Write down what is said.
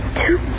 two